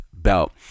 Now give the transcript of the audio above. belt